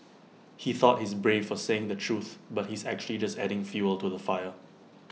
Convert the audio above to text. he thought he's brave for saying the truth but he's actually just adding fuel to the fire